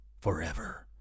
forever